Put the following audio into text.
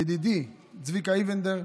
ידידי צביקה אינבינדר,